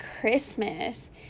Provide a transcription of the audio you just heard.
Christmas